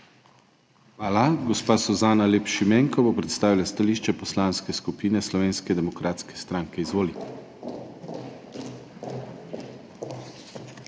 Hvala. Gospa Suzana Lep Šimenko bo predstavila stališče Poslanske skupine Slovenske demokratske stranke. Izvoli.